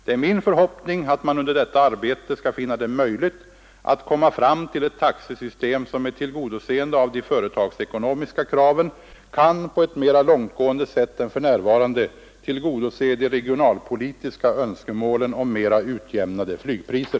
Det är min förhoppning, att man under detta arbete skall finna det möjligt att komma fram till ett taxesystem, som med tillgodoseende av de företagsekonomiska kraven kan på ett mera långtgående sätt än för närvarande tillgodose de regionalpolitiska önskemålen om mera utjämnade flygpriser.